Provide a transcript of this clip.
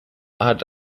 hat